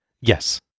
Yes